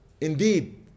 indeed